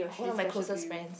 one of my closest friends